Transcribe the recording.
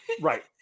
Right